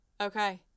Okay